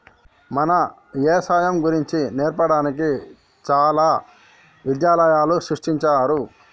మన యవసాయం గురించి నేర్పడానికి చాలా విద్యాలయాలు సృష్టించారు